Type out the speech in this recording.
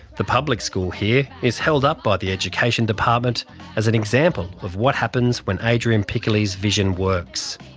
the public school here is held up by the education department as an example of what happens when adrian piccoli's vision works.